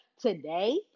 today